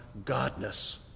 godness